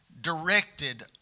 directed